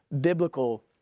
biblical